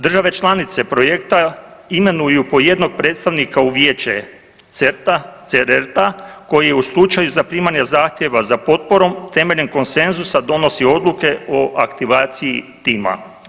Države članice projekta imenuju po jednog predstavnika u Vijeće CERT-a koji u slučaju zaprimanja zahtjeva za potporom temeljem konsenzusa donosi odluke o aktivaciji tima.